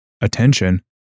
attention